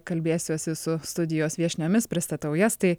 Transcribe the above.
kalbėsiuosi su studijos viešniomis pristatau jas tai